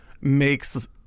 makes